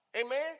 Amen